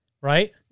right